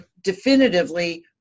definitively